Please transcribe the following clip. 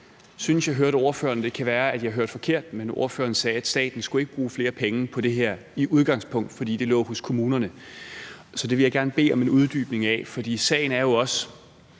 jeg synes, jeg hørte ordføreren sige – og det kan være, at jeg hørte forkert – at staten ikke skulle bruge flere penge på det her i udgangspunktet, fordi det lå hos kommunerne. Det vil jeg gerne bede om en uddybning af, for sagen er jo også